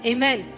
Amen